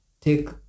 take